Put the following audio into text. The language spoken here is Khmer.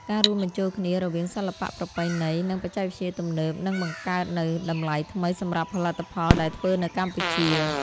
ការរួមបញ្ចូលគ្នារវាងសិល្បៈប្រពៃណី និង បច្ចេកវិទ្យាទំនើបនឹងបង្កើតនូវតម្លៃថ្មីសម្រាប់ផលិតផលដែលធ្វើនៅកម្ពុជា។